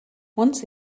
once